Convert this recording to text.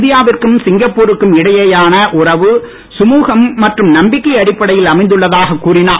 இந்தியாவிற்கும் சிங்கப்புருக்கும் இடையேயான உறவு கழுகம் மற்றும் நம்பிக்கை அடிப்படையில் அமைந்துள்ள தாக கூறினார்